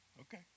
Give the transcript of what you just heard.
Okay